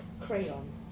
crayon